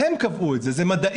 הם קבעו את זה, זה מדעי.